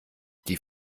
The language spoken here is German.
die